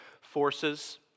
forces